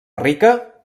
rica